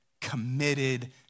committed